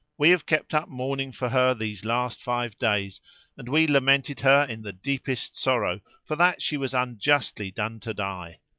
we have kept up mourning for her these last five days and we lamented her in the deepest sorrow for that she was unjustly done to die.